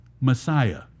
Messiah